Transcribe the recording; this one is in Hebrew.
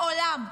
מעולם,